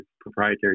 proprietary